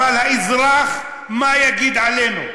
אבל האזרח, מה יגיד עלינו?